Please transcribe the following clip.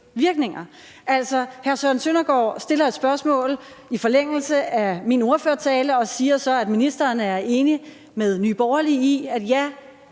virkninger. Altså, hr. Søren Søndergaard stiller et spørgsmål i forlængelse af min ordførertale og siger så, at ministeren er enig med Nye Borgerlige i, at der